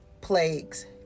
plagues